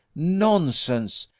nonsense!